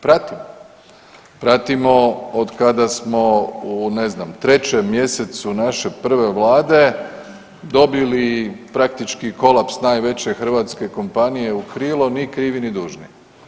Pratimo, pratimo od kada smo u ne znam 3.mjesecu naše prve Vlade dobili praktički kolaps najveće Hrvatske kompanije u krilo ni krivi ni dužni.